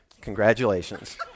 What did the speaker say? congratulations